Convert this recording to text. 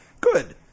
good